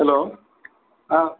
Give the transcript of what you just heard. hello അ